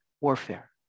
warfare